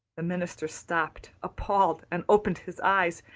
the minister stopped appalled and opened his eyes.